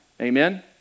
Amen